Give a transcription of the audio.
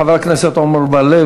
חבר הכנסת עמר בר-לב,